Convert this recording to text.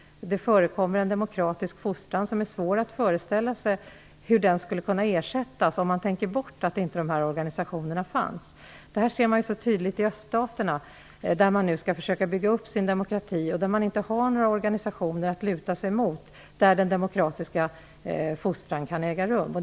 Om man tänker bort dessa organisationer är det svårt att föreställa sig hur den demokratiska fostran som där förekommer skulle kunna ersättas. Problemet ser man tydligt i öststaterna, där de nu skall försöka att bygga upp sin demokrati. De har inga organisationer att luta sig mot, där den demokratiska fostran kan äga rum.